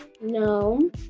No